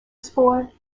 sport